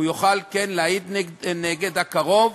הוא יוכל כן להעיד נגד הקרוב,